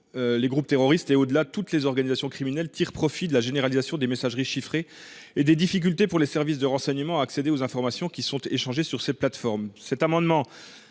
les groupes terroristes et, au delà, toutes les organisations criminelles tirent profit de la généralisation des messageries chiffrées et des difficultés qu’éprouvent les services de renseignement à accéder aux informations échangées sur ces plateformes.